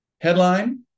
Headline